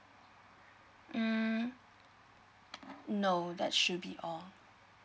mm no that should be all